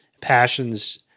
passions